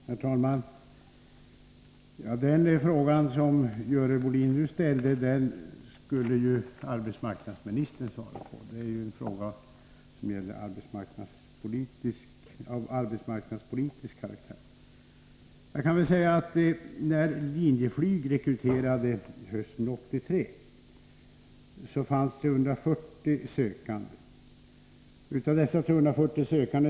Herr talman! Den fråga som Görel Bohlin nu ställer skulle egentligen arbetsmarknadsministern svara på. Det är ju en fråga av arbetsmarknadspolitisk karaktär. Jag kan säga att när Linjeflyg rekryterade hösten 1983 fanns det ca 340 sökande.